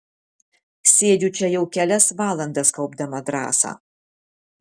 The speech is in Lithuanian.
sėdžiu čia jau kelias valandas kaupdama drąsą